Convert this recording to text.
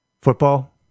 Football